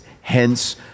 hence